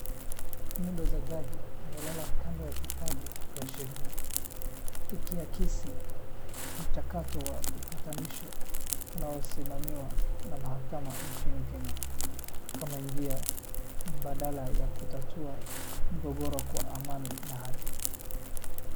Nyundo za jaji imelala kando ya vitabu vya sheria, ikiakisi mchakato wa upatanisho unaosimamiwa na mahakama nchini Kenya kama njia mbadala ya kutatua migogoro kwa amani na haki.